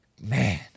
Man